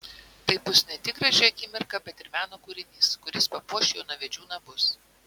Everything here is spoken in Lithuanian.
tai bus ne tik graži akimirka bet ir meno kūrinys kuris papuoš jaunavedžių namus